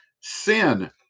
Sin